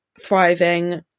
thriving